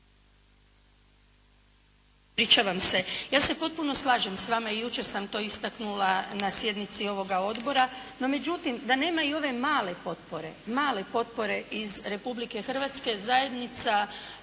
Ispričavam se. Ja se potpuno slažem sa vama i jučer sam to istaknula na sjednici ovoga odbora. No međutim, da nema i ove male potpore, male potpore iz Republike Hrvatske Zajednica